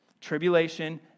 tribulation